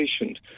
patient